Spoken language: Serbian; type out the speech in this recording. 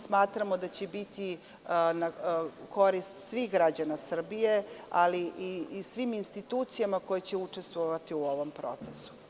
Smatramo da će biti na korist svih građana Srbije, ali i svim institucijama koje će učestvovati u ovom procesu.